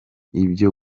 ibyo